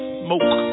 smoke